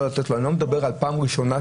אני לא מדבר על הפעם הראשונה,